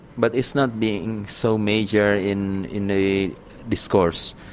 but it's not being so major in in the discourse.